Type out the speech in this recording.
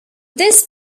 this